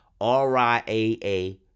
RIAA